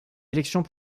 élections